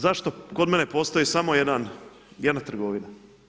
Zašto kod mene postoji samo jedna trgovina?